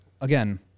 again